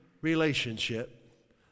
relationship